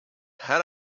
had